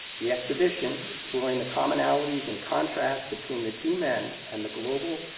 the exhibition, exploring the commonalities and contrast between the two men and the global,